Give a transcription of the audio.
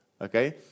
Okay